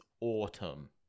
autumn